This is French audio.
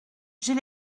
j’ai